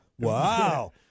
Wow